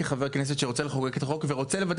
כחבר כנסת שרוצה לחוקק את החוק ורוצה לוודא